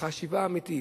החשיבה האמיתית,